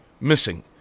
missing